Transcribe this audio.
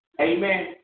Amen